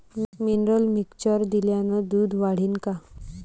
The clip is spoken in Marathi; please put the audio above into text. मिनरल मिक्चर दिल्यानं दूध वाढीनं का?